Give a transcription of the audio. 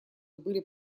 были